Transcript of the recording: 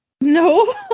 No